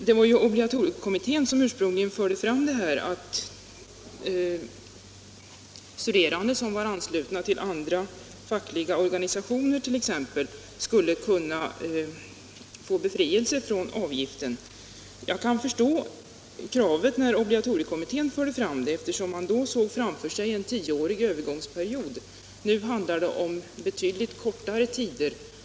Det var obligatoriekommittén som ursprungligen förde fram tanken att studerande anslutna till andra fackliga organisationert.ex. skulle kunna få befrielse från kåravgiften. Jag kunde förstå kravet när obligatoriekommittén förde fram det, eftersom man då såg framför sig en tioårig övergångsperiod. Men nu handlar det om betydligt kortare tider.